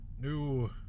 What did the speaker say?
new